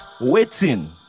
Waiting